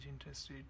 interested